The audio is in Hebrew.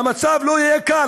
והמצב לא יהיה קל.